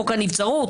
חוק הנבצרות,